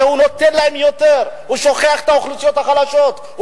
הרי הוא נותן להם יותר ושוכח את האוכלוסיות החלשות,